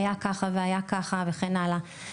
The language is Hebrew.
היה ככה והיה ככה וכן הלאה,